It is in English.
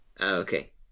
Okay